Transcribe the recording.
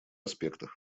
аспектах